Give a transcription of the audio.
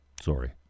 Sorry